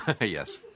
Yes